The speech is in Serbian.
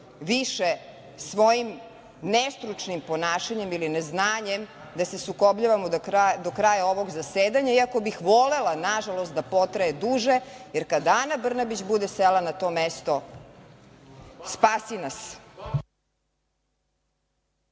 više svojim nestručnim ponašanjem ili neznanjem, da se sukobljavamo do kraja ovog zasedanja, iako bih volela, nažalost, da potraje duže, jer kad Ana Brnabić bude sela na to mesto, spasi nas.